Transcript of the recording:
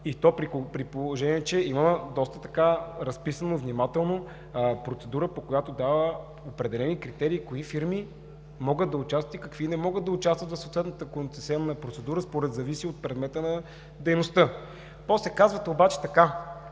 и то при положение, че има доста така разписано внимателно процедура, по която дава определени критерии кои фирми могат да участват и не могат да участват за съответната концесионна процедура според зависи от предмета на дейността. После казват обаче така: